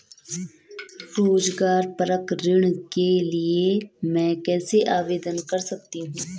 रोज़गार परक ऋण के लिए मैं कैसे आवेदन कर सकतीं हूँ?